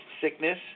sickness